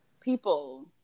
people